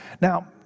Now